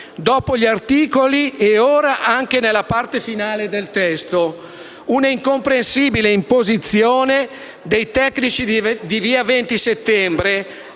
dopo gli articoli e ora anche nella parte finale del testo; un'incomprensibile imposizione dei tecnici di Via Venti Settembre,